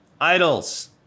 Idols